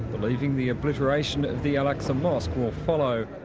believing the obliteration of the al-aqsar mosque will follow.